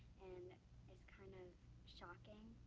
and it's kind of shocking.